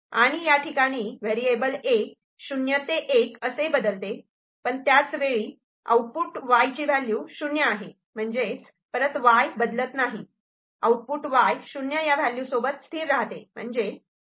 आणि या ठिकाणी व्हेरिएबल 'A' 0 ते 1 असे बदलते पण त्याच वेळी आउटपुट Y ची व्हॅल्यू '0' आहे म्हणजेच Y बदलत नाही आउटपुट Y '0' या व्हॅल्यू सोबत स्थिर राहते